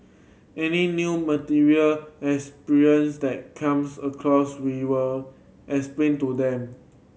any new material experience that comes across we will explain to them